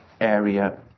area